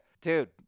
dude